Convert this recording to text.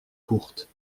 courtes